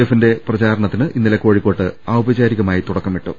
എഫിന്റെ പ്രചാരണത്തിന് ഇന്നലെ കോഴിക്കോട്ട് ഔപചാരികമായി തുടക്കമിട്ടു